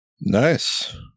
Nice